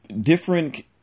different